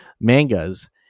mangas